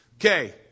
Okay